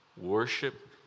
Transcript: Worship